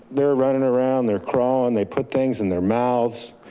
they're running around, they're crawling, they put things in their mouths.